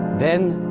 then,